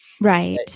Right